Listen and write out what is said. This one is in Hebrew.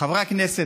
חברי הכנסת,